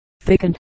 thickened